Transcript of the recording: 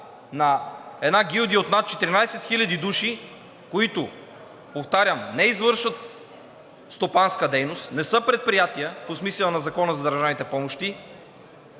на една гилдия от над 14 хил. души, които, повтарям, не извършват стопанска дейност, не са предприятия по смисъла на Закона за държавните помощи